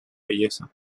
belleza